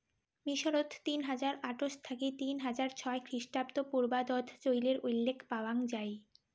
মিশরত তিন হাজার আটশ থাকি তিন হাজার ছয়শ খ্রিস্টপূর্বাব্দত চইলের উল্লেখ পাওয়াং যাই